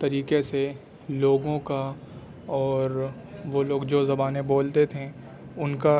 طریقے سے لوگوں کا اور وہ لوگ جو زبانیں بولتے تھے ان کا